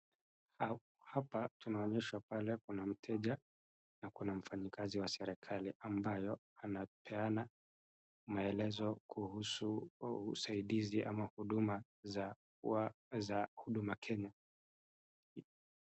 Ha, hapa tunaonyeshwa pale kuna mteja na kuna mfanyi kazi wa serikali ambayo anapeana maelezo kuhusu usaidizi ama huduma za wa, za Huduma Kenya.